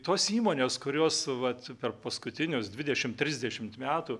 tos įmonės kurios vat per paskutinius dvidešim trisdešimt metų